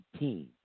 18